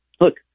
look